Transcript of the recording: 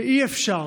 אי-אפשר,